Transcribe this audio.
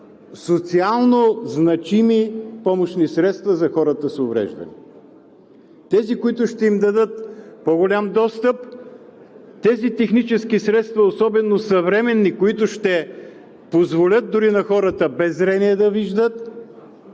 по-социалнозначими помощни средства за хората с увреждания – тези, които ще им дадат по-голям достъп, тези технически средства, особено съвременни, които ще позволят дори на хората без зрение, да виждат,